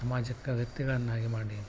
ಸಾಮಾಜಿಕ ವ್ಯಕ್ತಿಗಳನ್ನಾಗಿ ಮಾಡಿ